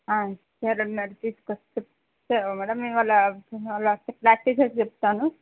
సరే మ్యాడమ్ తీసుకొచ్చి సరే మ్యాడమ్ ఇవాలా ఇవాలా ప్రాక్టికల్స్ చెప్తాను